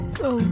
go